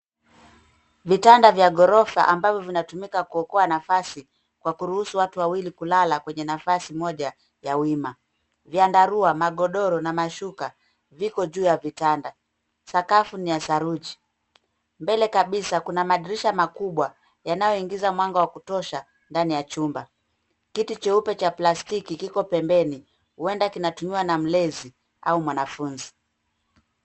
Vitanda vya ghorofa ambavyo vinatumika kuokoa nafasi kwa kuruhusu watu wawili kulala kwenye nafasi moja ya wima. Vyandarua, magodoro na mashuka viko juu ya vitanda. Sakafu ni ya saruji. Mbele kabisa kuna madirisha makubwa yanayoingiza mwanga wa kutosha ndani ya chumba. Kiti cheupe cha plastiki kiko pembeni, huenda kinatumiwa na mlezi au mwanafunzi.